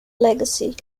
legacy